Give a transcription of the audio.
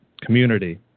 Community